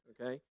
okay